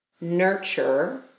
nurture